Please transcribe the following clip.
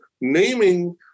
naming